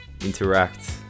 interact